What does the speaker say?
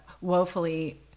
woefully